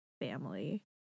family